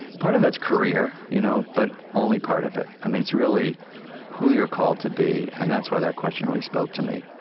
part of that's career. you know but only part of it. i mean, it's really who you are called to be, and that's why that question really spoke to me.